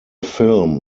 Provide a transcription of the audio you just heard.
film